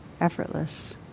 effortless